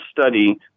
study